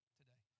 today